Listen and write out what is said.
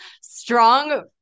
strong